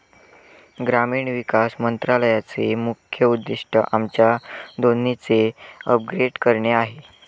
ग्रामीण विकास मंत्रालयाचे मुख्य उद्दिष्ट आमच्या दोन्हीचे अपग्रेड करणे आहे